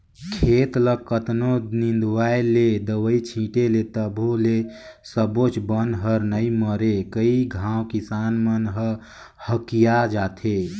खेत ल कतनों निंदवाय ले, दवई छिटे ले तभो ले सबोच बन हर नइ मरे कई घांव किसान मन ह हकिया जाथे